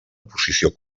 posició